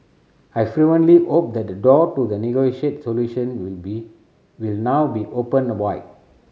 I fervently hope that the door to the negotiated solution will be will now be opened wide